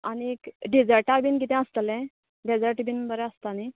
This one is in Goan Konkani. आनीक डेजर्टान बीन कितें आसतलें डेजर्ट बीन बरें आसता न्ही